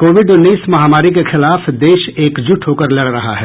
Covid उन्नीस महामारी के खिलाफ देश एकजुट होकर लड़ रहा है